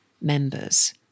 members